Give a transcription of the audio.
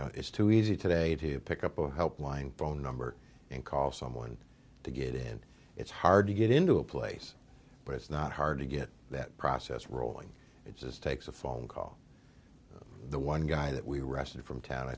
know it's too easy today to pick up a helpline phone number and call someone to get in it's hard to get into a place but it's not hard to get that process rolling it just takes a phone call the one guy that we were arrested from town i